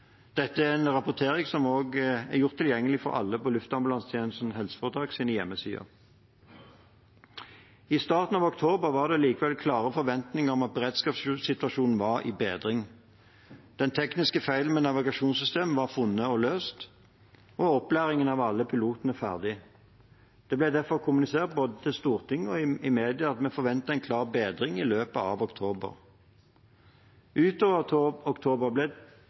Dette er en rapportering som også er gjort tilgjengelig for alle på Luftambulansetjenesten HFs hjemmesider. I starten av oktober var det likevel klare forventninger om at beredskapssituasjonen var i bedring. Den tekniske feilen med navigasjonssystemet var funnet og løst og opplæringen av alle pilotene ferdig. Det ble derfor kommunisert både til Stortinget og i media at vi forventet en klar bedring i løpet av oktober. Utover i oktober ble